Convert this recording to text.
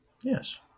yes